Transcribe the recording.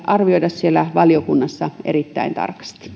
arvioida siellä valiokunnassa erittäin tarkasti